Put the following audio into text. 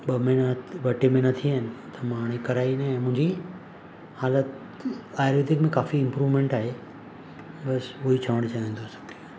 ॿ महिना ॿ टे महिना थी विया आहिनि त मां हाणे कराई न आहे मुंहिंजी हालति आयुर्वेदिक में काफ़ी इम्प्रूवमेंट आहे बसि उहो ई चवणु चाहियां थो सभिनी खे